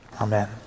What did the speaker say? Amen